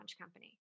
company